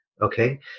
Okay